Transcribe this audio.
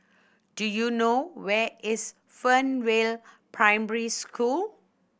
do you know where is Fernvale Primary School